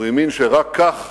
הוא האמין שרק כך